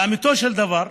לאמיתו של דבר,